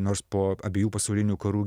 nors po abiejų pasaulinių karų